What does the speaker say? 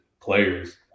players